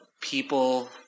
people